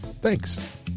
Thanks